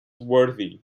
worthy